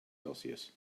celsius